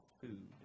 food